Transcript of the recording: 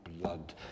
blood